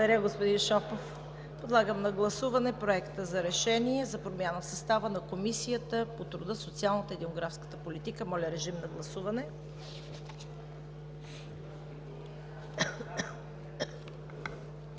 Благодаря, господин Шопов. Подлагам на гласуване Проекта за решение за промяна в състава на Комисията по труда, социалната и демографската политика. Гласували